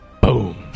Boom